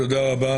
תודה רבה.